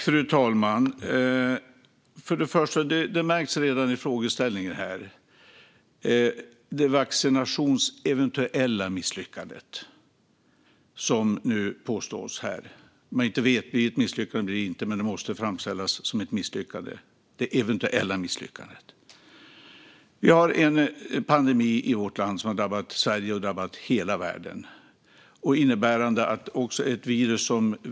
Fru talman! Det märktes redan i frågeställningen om det eventuella vaccinationsmisslyckandet. Man vet inte om det blir ett misslyckande eller inte, men det måste framställas som ett misslyckande - det eventuella misslyckandet. Vi har en pandemi i vårt land; den har drabbat Sverige och hela världen.